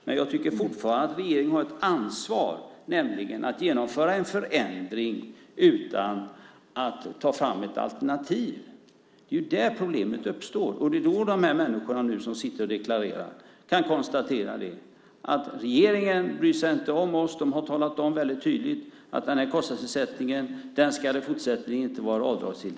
Men jag tycker fortfarande att regeringen har ett ansvar när man genomför en förändring utan att ta fram ett alternativ. Det är där problemet uppstår. Det är då som de här människorna som nu sitter och deklarerar kan konstatera: Regeringen bryr sig inte om oss. De har talat om väldigt tydligt att den här kostnadsersättningen ska i fortsättningen inte vara avdragsgill.